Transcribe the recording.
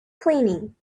cleaning